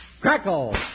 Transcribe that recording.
crackle